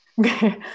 Okay